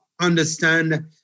understand